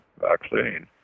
vaccine